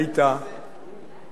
היתה